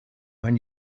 when